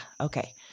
Okay